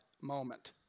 moment